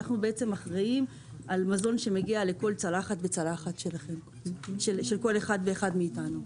למעשה אנחנו אחראים על מזון שמגיע לכל צלחת וצלחת של כל אחד מאיתנו.